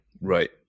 Right